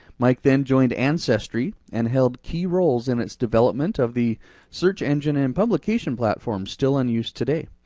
mike then joined ancestry and held key roles in its development of the search engine and publication platform still in use today.